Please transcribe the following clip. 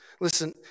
listen